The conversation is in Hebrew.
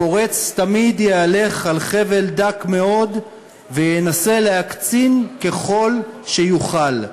הפורץ תמיד יהלך על חבל דק מאוד וינסה להקצין ככל שיוכל.